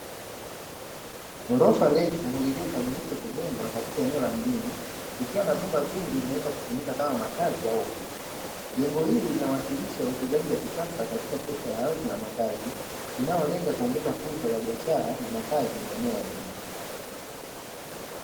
Ghorofa refu lililokamilishwa kujengwa katika eneo la mjini, likiwa na vyumba vingi vinavyoweza kutumika kama makazi au ofisi. Jengo hili linawakilisha uwekezaji wa kisasa katika sekta ya ardhi na makazi, inayolenga kuongeza fursa za biashara na makazi maeneo ya mjini.